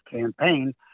campaign